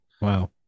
Wow